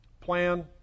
plan